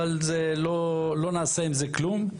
אבל זה לא נעשה עם זה כלום.